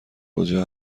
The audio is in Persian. کجا